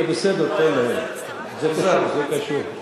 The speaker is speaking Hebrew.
זה בסדר, תן להם, זה קשור.